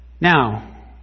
Now